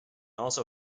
also